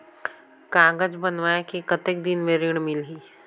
कागज बनवाय के कतेक दिन मे ऋण मिलही?